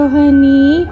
honey